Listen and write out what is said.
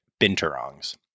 binturongs